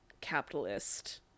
capitalist